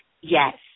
Yes